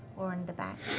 or in the back.